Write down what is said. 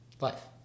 life